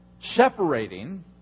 separating